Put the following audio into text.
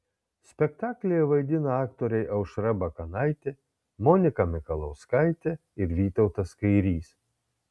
spektaklyje vaidina aktoriai aušra bakanaitė monika mikalauskaitė ir vytautas kairys